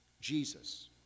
Jesus